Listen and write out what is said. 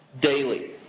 daily